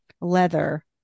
leather